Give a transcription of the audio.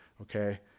Okay